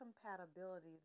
compatibility